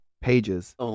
pages